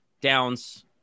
Downs